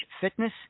fitness